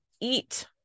eat